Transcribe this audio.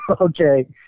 Okay